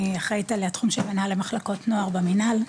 אני אחראית על התחום של המנהל למחלקות נוער במנהל,